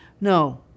No